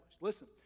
Listen